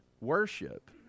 worship